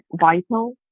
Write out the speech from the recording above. vital